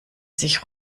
sich